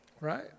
right